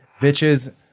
bitches